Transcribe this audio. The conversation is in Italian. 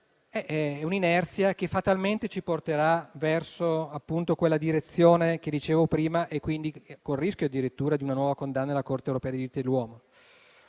punti, fatalmente ci porterà verso la direzione che citavo prima, con il rischio addirittura di una nuova condanna della Corte europea per i diritti dell'uomo.